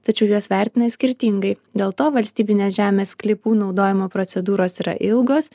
tačiau juos vertina skirtingai dėl to valstybinės žemės sklypų naudojimo procedūros yra ilgos